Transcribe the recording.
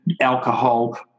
alcohol